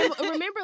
Remember